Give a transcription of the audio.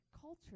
culture